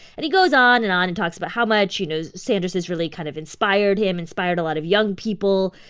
and he goes on and on and talks about how much, you know, sanders has really kind of inspired him, inspired a lot of young people.